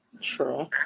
True